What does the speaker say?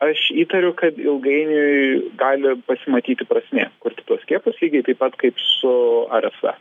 aš įtariu kad ilgainiui gali pasimatyti prasmė kurti tuos skiepus lygiai taip pat kaip su rsv